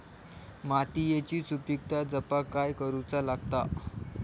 मातीयेची सुपीकता जपाक काय करूचा लागता?